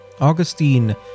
Augustine